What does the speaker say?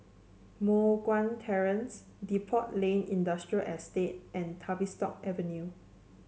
Moh Guan Terrace Depot Lane Industrial Estate and Tavistock Avenue